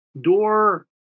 door